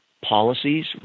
policies